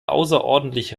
außerordentlich